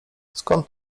skąd